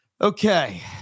Okay